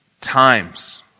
times